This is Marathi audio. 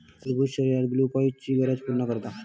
टरबूज शरीरात ग्लुकोजची गरज पूर्ण करता